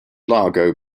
largo